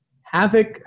Havoc